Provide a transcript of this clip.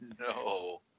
No